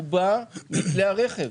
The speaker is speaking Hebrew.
הוא בא מכלי הרכב.